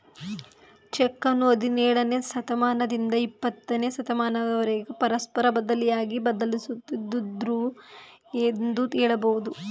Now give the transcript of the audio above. ಚೆಕ್ಕನ್ನು ಹದಿನೇಳನೇ ಶತಮಾನದಿಂದ ಇಪ್ಪತ್ತನೇ ಶತಮಾನದವರೆಗೂ ಪರಸ್ಪರ ಬದಲಿಯಾಗಿ ಬಳಸುತ್ತಿದ್ದುದೃ ಎಂದು ಹೇಳಬಹುದು